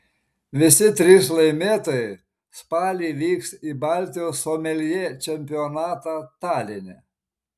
visi trys laimėtojai spalį vyks į baltijos someljė čempionatą taline